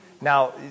Now